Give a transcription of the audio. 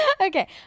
Okay